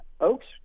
oaks